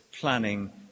planning